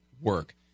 work